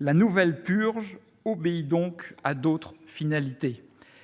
La nouvelle purge obéit donc à d'autres finalités